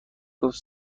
گفت